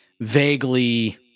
vaguely